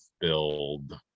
build